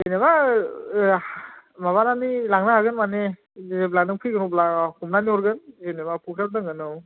जेन'बा माबानानै लांनो हागोन मानि जेब्ला नों फैयो अब्ला हमनानै हरगोन जेन'बा फक्रिआव दोनगोन औ